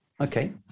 Okay